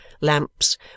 lamps